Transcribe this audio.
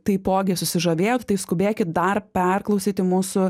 taipogi susižavėjo tai skubėkit dar perklausyti mūsų